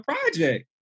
project